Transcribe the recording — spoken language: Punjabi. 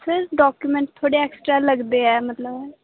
ਸਰ ਡਾਕੂਮੈਂਟ ਥੋੜ੍ਹੇ ਐਕਸਟਰਾ ਲੱਗਦੇ ਹੈ ਮਤਲਬ